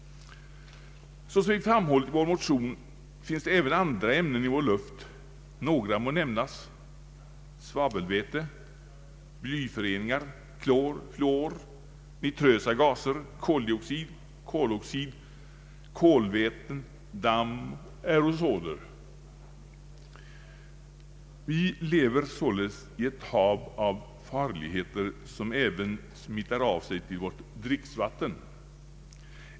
Såsom vi framhållit i vår motion finns det även andra ämnen i luften. Som exempel kan nämnas svavelväte, blyföreningar, fluor, nitrösa gaser, koldioxid, koloxid, kolväten, damm och aerosoler. Vi lever således i ett hav av farligheter som även smittar av sig till vårt dricksvatten.